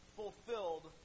fulfilled